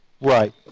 right